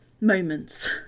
moments